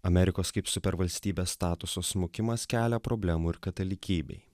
amerikos kaip supervalstybės statuso smukimas kelia problemų ir katalikybei